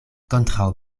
kontraŭ